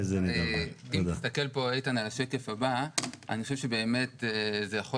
אם תסתכל על השקף הבא, אני חושב שזה יכול